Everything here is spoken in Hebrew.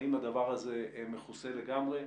האם הדבר הזה מכוסה לגמרי,